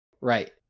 Right